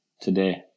today